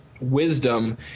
wisdom